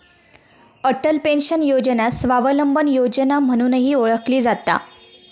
Atal pension योजना स्वावलंबन योजना म्हणूनही ओळखली जाता